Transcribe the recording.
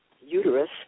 uterus